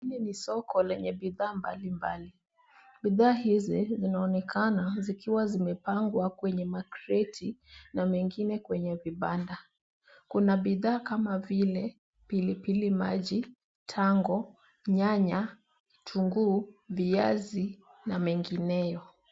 Hili ni soko lenye bidhaa mbalimbali. Bidhaa hizi zinaonekana zikiwa zimepangwa kwneye makreti na mengine kwenye vibanda. Kuna bidhaa kama vile pilipili maji, tango, nyanya, vitunguu, viazi na mengineyo.